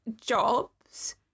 jobs